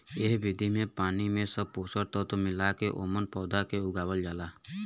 एह विधि में पानी में सब पोषक तत्व मिला के ओमन पौधा के उगावल जाला